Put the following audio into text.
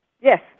Yes